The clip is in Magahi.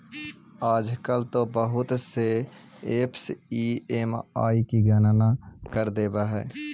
आजकल तो बहुत से ऐपस ई.एम.आई की गणना कर देवअ हई